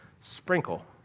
sprinkle